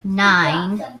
nine